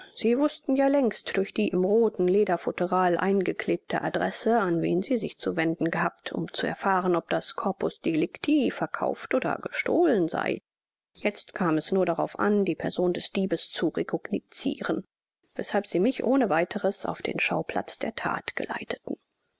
sie wußten ja längst durch die im rothen lederfutteral eingeklebte adresse an wen sie sich zu wenden gehabt um zu erfahren ob das corpus delicti verkauft oder gestohlen sei jetzt kam es nur darauf an die person des diebes zu recognosciren weßhalb sie mich ohne weiteres auf den schauplatz der that geleiteten